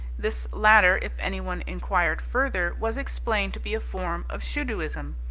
this latter, if anyone inquired further, was explained to be a form of shoodooism,